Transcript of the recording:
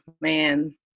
man